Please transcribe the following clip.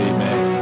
Amen